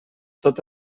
tot